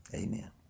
Amen